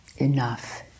Enough